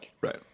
Right